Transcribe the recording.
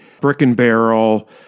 brick-and-barrel